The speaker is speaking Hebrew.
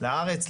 לארץ,